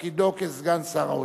בתפקידו כסגן שר האוצר.